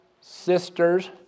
sisters